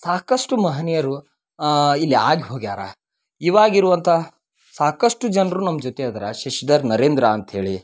ಸಾಕಷ್ಟು ಮಹನೀಯರು ಇಲ್ಲಿ ಆಗಿ ಹೋಗ್ಯಾರ ಇವಾಗ ಇರುವಂಥ ಸಾಕಷ್ಟು ಜನರು ನಮ್ಮ ಜೊತೆ ಅದರ ಶಶಿಧರ್ ನರೇಂದ್ರ ಅಂತ್ಹೇಳಿ